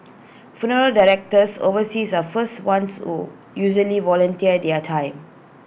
funeral directors overseas are first ones who usually volunteer their time